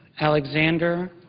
alexander,